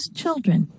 children